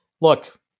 look